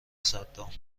صدام